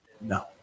No